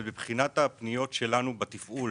על כך שמבחינת הפניות שלנו בנוגע לתפעול